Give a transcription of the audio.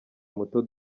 muto